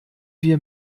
wir